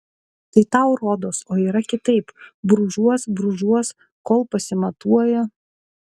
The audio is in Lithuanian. tai tau rodos o yra kitaip brūžuos brūžuos kol pasimatuoja